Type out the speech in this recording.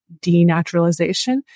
denaturalization